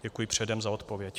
Děkuji předem za odpověď.